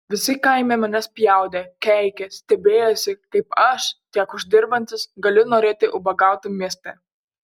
visi kaime mane spjaudė keikė stebėjosi kaip aš tiek uždirbantis galiu norėti ubagauti mieste